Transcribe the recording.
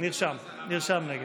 נרשם נגד.